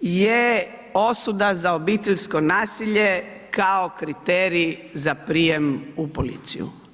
je osuda za obiteljsko nasilje, kao kriterij za prijem u policiju.